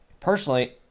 Personally